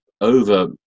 over